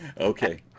Okay